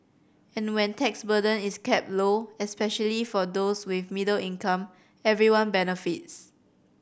and when tax burden is kept low especially for those with middle income everyone benefits